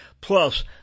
Plus